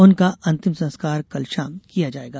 उनका अंतिम संस्कार कल शाम किया जायेगा